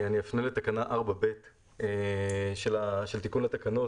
אני אפנה לתקנה 4(ב) של תיקון התקנות